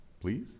please